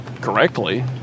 correctly